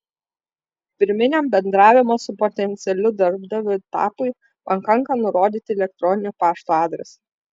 pirminiam bendravimo su potencialiu darbdaviu etapui pakanka nurodyti elektroninio pašto adresą